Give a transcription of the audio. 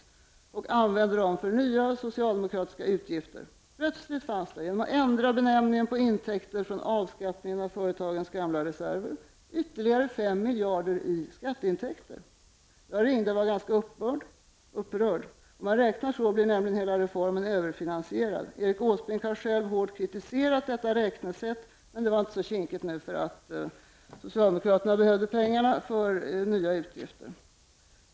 Dessa fem miljarder använder man för att täcka nya socialdemokratiska utgifter. Plöstligt fanns det ytterligare fem miljarder kronor i skatteintäkter genom att så att säga ändra benämningen på intäkterna från avskattning av företagens gamla reserver. Jag ringde om detta och var ganska upprörd, för om man räknar på detta sätt blir nämligen hela reformen överfinansierad. Erik Åsbrink har själv tidigare hårt kritiserat detta räknesätt. Men det var inte längre så kinkigt, därför att socialdemokraterna behövde pengar för att kunna täcka nya utgifter.